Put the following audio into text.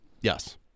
Yes